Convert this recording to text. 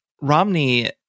Romney